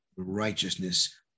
righteousness